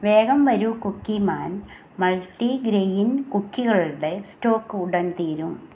വേഗം വരൂ Cookieman multigrain കുക്കികളുടെ സ്റ്റോക്ക് ഉടൻ തീരും